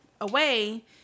away